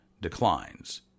declines